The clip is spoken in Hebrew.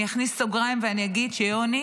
אני אכניס סוגריים ואני אגיד שיוני